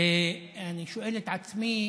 ואני שואל את עצמי